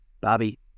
Bobby